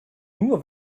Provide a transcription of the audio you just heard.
nur